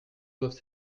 doivent